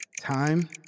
Time